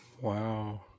Wow